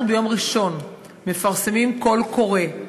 אנחנו ביום ראשון מפרסמים קול קורא,